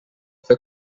fer